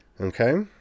Okay